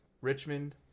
Richmond